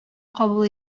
кабул